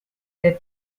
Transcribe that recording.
der